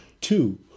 Two